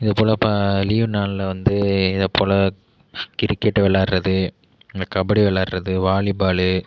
இது போல் இப்போ லீவ் நாளில் வந்து இதை போல் கிரிக்கெட்டு விளாடுகிறது இந்த கபடி விளாடுகிறது வாலி பால்